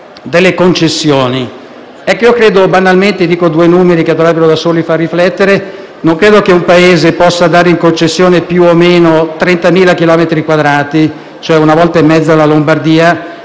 alle concessioni. Non credo banalmente - e dico due numeri che dovrebbero da soli far riflettere - che un Paese possa dare in concessione più o meno 30.000 chilometri quadrati, cioè una volta e mezzo la Lombardia,